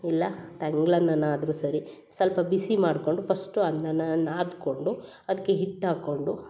ಇಲ್ಲಾ ತಂಗ್ಳನ್ನನಾದರೂ ಸರಿ ಸ್ವಲ್ಪ ಬಿಸಿ ಮಾಡ್ಕೊಂಡು ಫಸ್ಟು ಅನ್ನನ ನಾದ್ಕೊಂಡು ಅದಕ್ಕೆ ಹಿಟ್ಟು ಹಾಕೊಂಡು